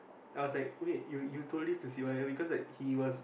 I was like wait you you told this to Sivaya because like he was